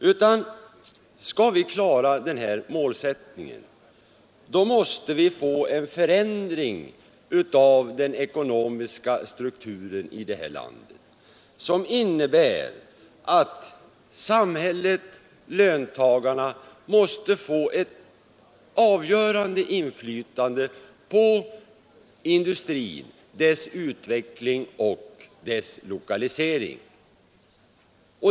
Om vi skall kunna klara målsättningen, måste vi få till stånd en förändring av den ekonomiska strukturen i det här landet, så att samhället och löntagarna får ett avgörande inflytande på industrin, dess utveckling och dess lokalisering.